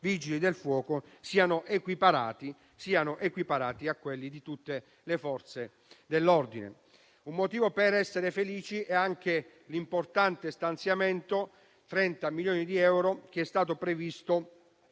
Vigili del fuoco siano equiparati a quelli di tutte le Forze dell'ordine. Un motivo per essere felici è anche l'importante stanziamento (30 milioni di euro) previsto